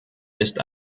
ist